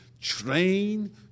train